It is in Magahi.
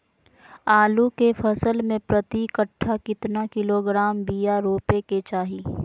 आलू के फसल में प्रति कट्ठा कितना किलोग्राम बिया रोपे के चाहि?